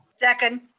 second.